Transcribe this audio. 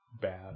bad